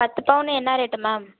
பத்துப் பவுனு என்ன ரேட்டு மேம்